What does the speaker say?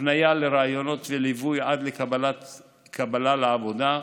הפניה לראיונות וליווי עד קבלה לעבודה,